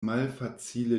malfacile